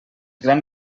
gran